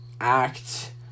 act